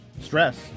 stress